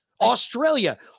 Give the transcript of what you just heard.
Australia